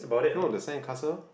no the sandcastle